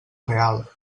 real